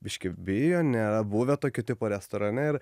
biškį bijo nėra buvę tokio tipo restorane ir